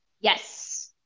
Yes